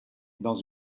dans